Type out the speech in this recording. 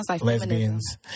lesbians